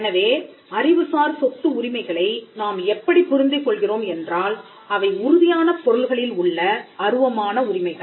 எனவே அறிவுசார் சொத்து உரிமைகளை நாம் எப்படி புரிந்து கொள்கிறோம் என்றால் அவை உறுதியான பொருள்களில் உள்ள அருவமான உரிமைகள்